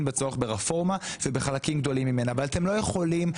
בצורך ברפורמה ובחלקים גדולים ממנה אבל אתם לא יכולים,